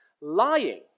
lying